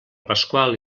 pasqual